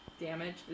damage